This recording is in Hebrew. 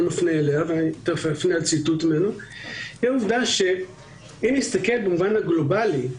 מפנה אליה היא שאם נסתכל במובן הגלובלי,